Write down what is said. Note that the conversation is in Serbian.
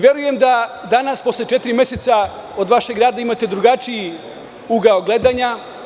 Verujem da danas, posle četiri meseca vašeg rada, imatedrugačiji ugao gledanja.